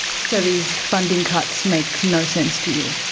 so these funding cuts make no sense to you?